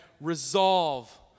Resolve